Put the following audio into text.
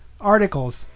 articles